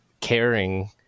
caring